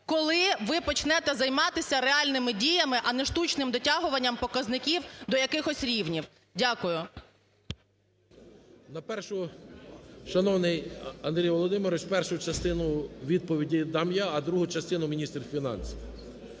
коли ви почнете займатися реальними діями, а не штучнимдотягуванням показників до якихось рівнів. Дякую. 11:04:03 КУБІВ С.І. Шановний Андрію Володимировичу, першу частину відповіді дам я, а другу частину – міністр фінансів.